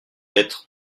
être